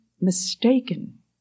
mistaken